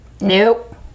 Nope